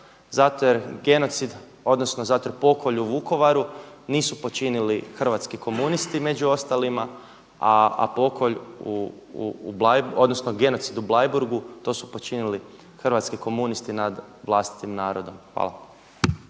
Zato jer genocid, odnosno zato jer pokolj u Vukovaru nisu počinili hrvatski komunisti među ostalima, a pokolj u, odnosno genocid u Bleiburgu to su počinili hrvatski komunisti nad vlastitim narodom. Hvala.